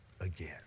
again